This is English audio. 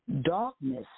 Darkness